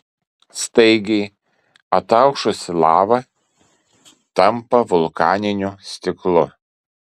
staigiai ataušusi lava tampa vulkaniniu stiklu